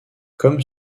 comme